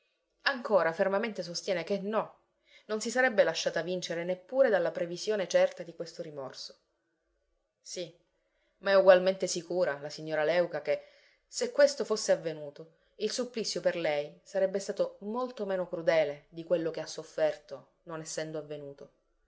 ancora fermamente sostiene che no non si sarebbe lasciata vincere neppure dalla previsione certa di questo rimorso sì ma è ugualmente sicura la signora léuca che se questo fosse avvenuto il supplizio per lei sarebbe stato molto meno crudele di quello che ha sofferto non essendo avvenuto